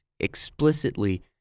Explicitly